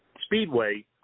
speedway